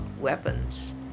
weapons